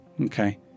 Okay